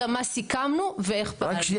מי שקובע את החוק זה לא אני -- רק שנייה,